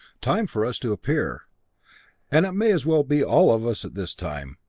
time for us to appear and it may as well be all of us this time.